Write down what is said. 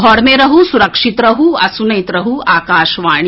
घर मे रहू सुरक्षित रहू आ सुनैत रहू आकाशवाणी